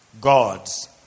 God's